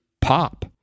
pop